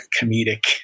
comedic